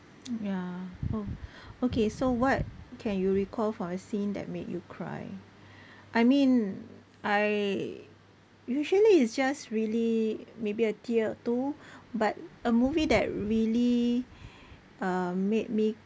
ya oh okay so what can you recall from a scene that made you cry I mean I usually is just really maybe a tear or two but a movie that really uh made me